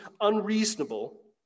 unreasonable